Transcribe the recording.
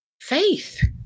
faith